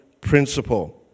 principle